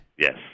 Yes